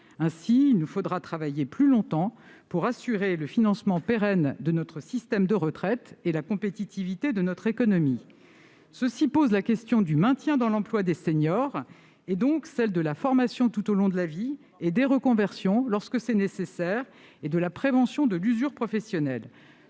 Ainsi, il nous faudra travailler plus longtemps pour assurer le financement pérenne de notre système de retraite et la compétitivité de notre économie. Cela pose les questions du maintien dans l'emploi des seniors et, partant, de la formation tout au long de la vie, des reconversions lorsque c'est nécessaire et de la prévention de l'usure professionnelle.